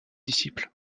disciples